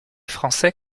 français